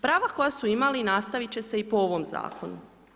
Prava koja su imali nastaviti će se i po ovom zakonu.